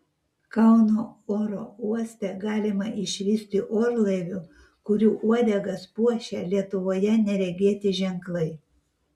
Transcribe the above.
kauno oro uoste galima išvysti orlaivių kurių uodegas puošia lietuvoje neregėti ženklai